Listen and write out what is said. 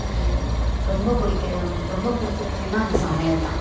ரொம்ப பிடிக்க ரொம்ப பிடிச்ச விஷயோன்னா அது சமையல் தான்